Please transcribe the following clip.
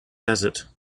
desert